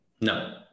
no